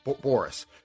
Boris